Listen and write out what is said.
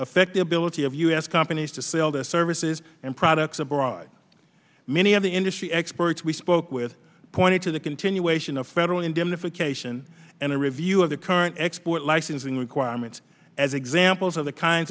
affect the ability of u s companies to sell their services and products abroad many of the industry experts we spoke with pointed to the continuation of federal indemnification and a review of the current export licensing requirements as examples of the kinds